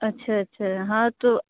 अच्छा छा हाँ तो